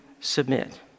submit